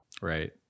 Right